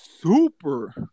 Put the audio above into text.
super